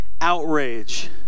outrage